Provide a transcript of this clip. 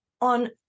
on